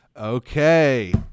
Okay